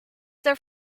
their